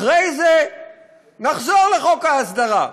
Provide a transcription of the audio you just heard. אחרי זה נחזור לחוק ההסדרה.